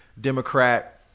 Democrat